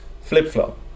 flip-flop